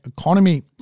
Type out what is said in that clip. economy